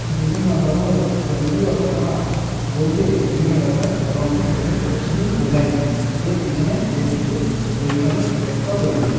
বিভিন্ন ধরনের স্বর্গীয় ঘটনা বলতে বিভিন্ন ধরনের অলৌকিক জিনিস শুধুই বোঝায় না এর পেছনে বেশ কিছু বৈজ্ঞানিক ব্যাখ্যাও রয়েছে